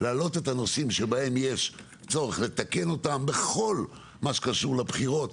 להעלות את הנושאים שיש צורך לתקן בכל מה שקשור לבחירות,